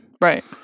Right